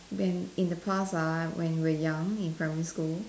when in the past ah when we were young in primary school